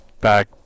back